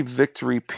victory